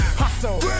hustle